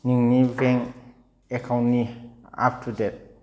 नोंनि बेंक एकाउन्टनि up to date